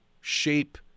shape